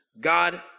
God